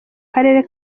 karere